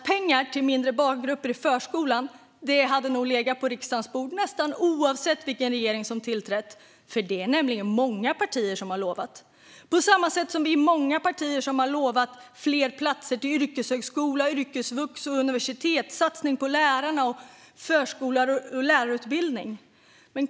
Pengar till mindre barngrupper i förskolan hade nog legat på riksdagens bord nästan oavsett vilken regering som tillträder, för det är det många partier som lovat. På samma sätt som vi är många partier som lovat fler platser till yrkeshögskola, yrkesvux och universitet, satsning på lärarna och på förskollärar och lärarutbildning.